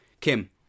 Kim